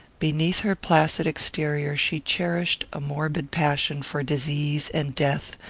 beneath her placid exterior she cherished a morbid passion for disease and death,